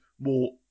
more